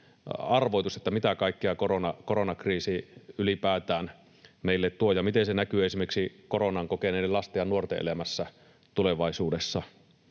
arvoitus: se, mitä kaikkea koronakriisi ylipäätään meille tuo ja miten se näkyy esimerkiksi koronan kokeneiden lasten ja nuorten elämässä tulevaisuudessa.